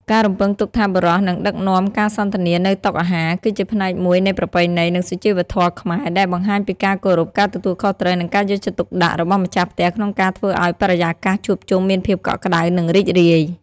ការរំពឹងទុកថាបុរសនឹងដឹកនាំការសន្ទនានៅតុអាហារ គឺជាផ្នែកមួយនៃប្រពៃណី និងសុជីវធម៌ខ្មែរ ដែលបង្ហាញពីការគោរព ការទទួលខុសត្រូវ និងការយកចិត្តទុកដាក់របស់ម្ចាស់ផ្ទះក្នុងការធ្វើឲ្យបរិយាកាសជួបជុំមានភាពកក់ក្ដៅ និងរីករាយ។